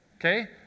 Okay